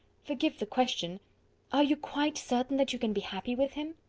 forgive the question are you quite certain that you can be happy with him?